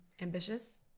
ambitious